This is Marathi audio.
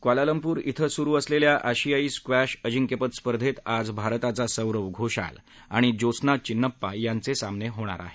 क्वालालपूर क्वे सुरू असतेल्या आशियाई स्क्वेश अजिक्यपद स्पर्धेत आज भारताचा सौरव घोषाल आणि ज्योत्स्ना चिन्नप्पा यांचे सामने होणार आहेत